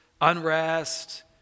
unrest